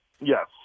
Yes